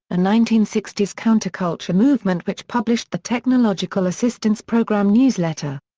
a nineteen sixty s counterculture movement which published the technological assistance program newsletter.